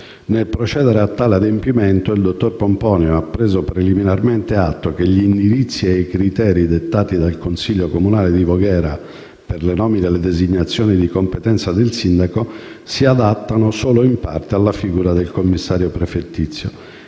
Nel procedere a tale adempimento, il dottor Pomponio ha preso preliminarmente atto che gli indirizzi e i criteri dettati dal Consiglio comunale di Voghera per le nomine e le designazioni di competenza del Sindaco si adattano solo in parte alla figura del commissario prefettizio,